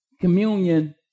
communion